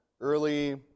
early